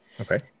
Okay